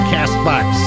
Castbox